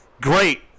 great